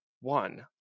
one